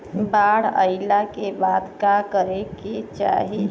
बाढ़ आइला के बाद का करे के चाही?